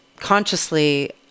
consciously